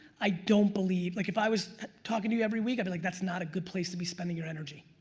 i don't believe. like if i was talking to you every week, i'd be like that's not a good place to be spending your energy.